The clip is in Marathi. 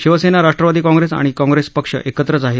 शिवसेना राष्ट्रवादी काँग्रेस आणि काँग्रेस पक्ष एकत्रच आहेत